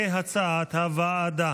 כהצעת הוועדה.